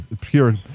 pure